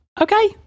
Okay